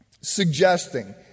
suggesting